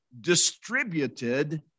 distributed